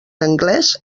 anglès